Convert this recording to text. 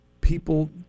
people